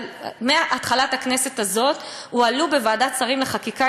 מהתחלת הכנסת הזו הועלו בוועדת שרים לחקיקה,